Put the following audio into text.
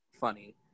funny